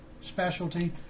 Specialty